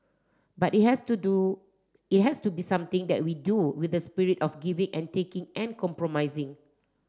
but it has to do it has to be something that we do with the spirit of giving and taking and compromising